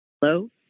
Hello